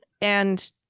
And-